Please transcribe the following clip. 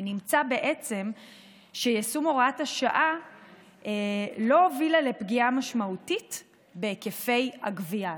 ונמצא בעצם שיישום הוראת השעה לא הוביל לפגיעה משמעותית בהיקפי הגבייה,